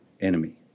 enemy